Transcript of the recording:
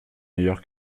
meilleur